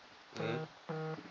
mm